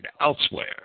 elsewhere